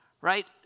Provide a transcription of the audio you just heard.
right